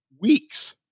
weeks